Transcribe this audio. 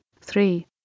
three